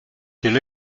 quel